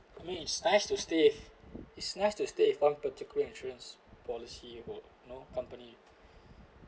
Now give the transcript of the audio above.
me it's nice to stay if it's nice to stay if one particularly insurance policy you would know company